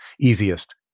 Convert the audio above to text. easiest